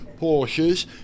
Porsches